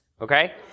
okay